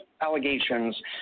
allegations